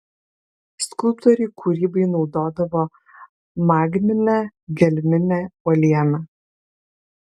skulptoriai kūrybai naudodavo magminę gelminę uolieną